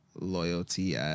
loyalty